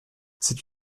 c’est